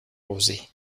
rosée